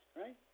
right